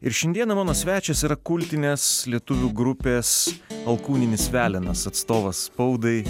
ir šiandieną mano svečias yra kultinės lietuvių grupės alkūninis velenas atstovas spaudai